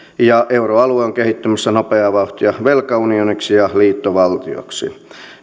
ja euroalue on kehittymässä nopeaa vauhtia velkaunioniksi ja liittovaltioksi